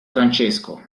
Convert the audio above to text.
francesco